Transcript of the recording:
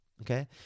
okay